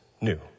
new